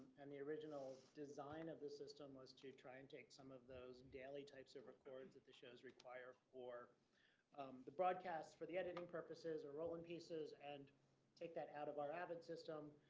and the original design of this system was to try and take some of those daily types of records that the shows require for the broadcasts for the editing purposes or rolling pieces and take that out of our avot system,